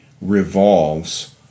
revolves